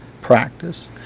practice